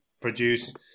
produce